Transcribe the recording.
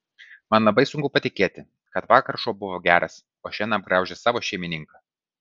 man labai sunku patikėti kad vakar šuo buvo geras o šiandien apgraužė savo šeimininką